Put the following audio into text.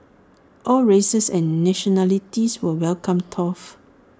all races and nationalities were welcome though